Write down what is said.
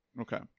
okay